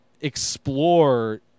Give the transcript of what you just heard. explore